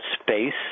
space